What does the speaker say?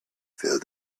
filled